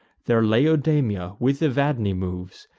there laodamia, with evadne, moves,